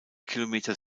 kilometer